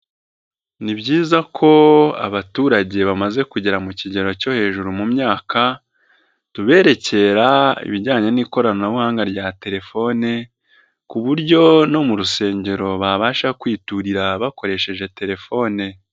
Ni byiza ko abaturage bamaze kugera mu kigero cyo hejuru mu myaka, tubererekera ibijyanye n'ikoranabuhanga rya telefoni ku buryo no mu rusengero babasha kwiturira bakoresheje telefone.